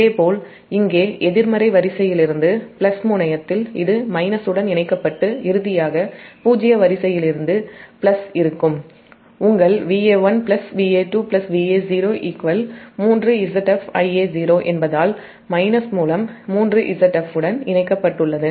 இதேபோல் இங்கே எதிர்மறை வரிசையிலிருந்து பிளஸ் முனையத்தில் இது மைனஸுடன் இணைக்கப்பட்டு இறுதியாக பூஜ்ஜிய வரிசையிலிருந்து பிளஸ் இருக்கும் உங்கள் Va1 Va2 Va0 3ZfIa0 என்பதால் மைனஸ் மூலம் 3Zf உடன் இணைக்கப்பட்டுள்ளது